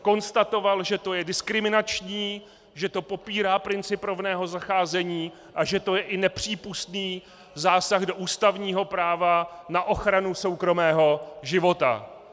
Konstatoval, že to je diskriminační, že to popírá princip rovného zacházení a že to je i nepřípustný zásah do ústavního práva na ochranu soukromého života.